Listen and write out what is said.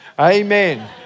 Amen